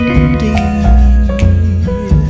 indeed